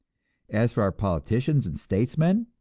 as for our politicians and statesmen,